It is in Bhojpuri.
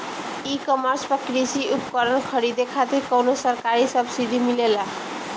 ई कॉमर्स पर कृषी उपकरण खरीदे खातिर कउनो सरकारी सब्सीडी मिलेला?